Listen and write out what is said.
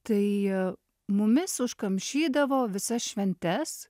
tai a mumis užkamšydavo visas šventes